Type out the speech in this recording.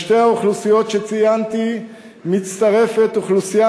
לשתי האוכלוסיות שציינתי מצטרפת אוכלוסייה